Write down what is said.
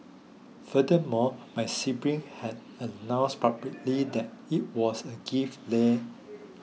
furthermore my siblings had announced publicly that it was a gift leh